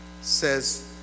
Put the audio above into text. says